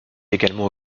également